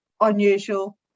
unusual